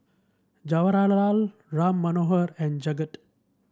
Ram Manohar and Jagat